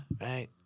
right